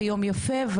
יום יפה,